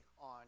on